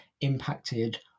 impacted